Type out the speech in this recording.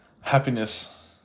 happiness